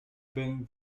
been